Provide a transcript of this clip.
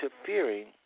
interfering